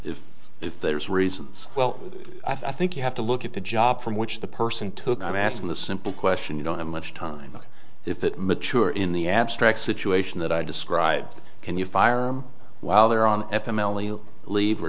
if there's reasons well i think you have to look at the job from which the person took i'm asking the simple question you don't have much time if it mature in the abstract situation that i described can you fire him while they're on